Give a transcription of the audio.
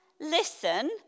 listen